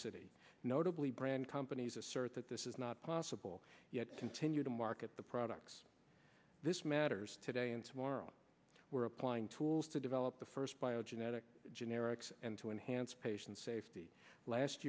immunogenicity notably brand companies assert that this is not possible yet continue to market the products this matters today and tomorrow we're applying tools to develop the first biogenetic generics and to enhance patient safety last